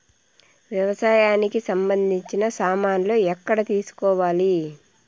వ్యవసాయానికి సంబంధించిన సామాన్లు ఎక్కడ తీసుకోవాలి?